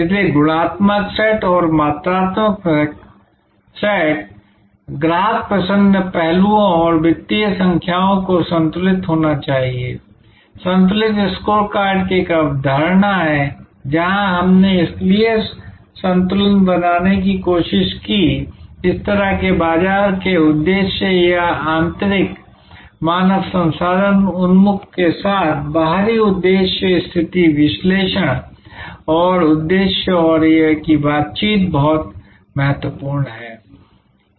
इसलिए गुणात्मक सेट और मात्रात्मक सेट ग्राहक प्रसन्न पहलुओं और वित्तीय संख्याओं को संतुलित होना चाहिए संतुलित स्कोरकार्ड की एक अवधारणा है जहां हमने इसलिए संतुलन बनाने की कोशिश की इस तरह के बाजार के उद्देश्य या आंतरिक मानव संसाधन उन्मुख के साथ बाहरी उद्देश्य स्थिति विश्लेषण और उद्देश्य और यह कि बातचीत बहुत महत्वपूर्ण है